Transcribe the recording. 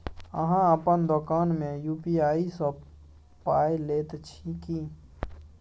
अहाँ अपन दोकान मे यू.पी.आई सँ पाय लैत छी की?